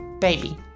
baby